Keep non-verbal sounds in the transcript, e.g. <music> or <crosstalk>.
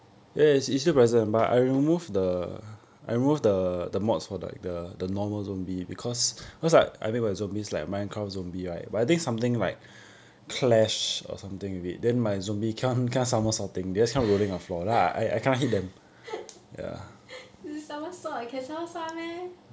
<laughs> it somersault ah can somersault [one] meh